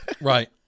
right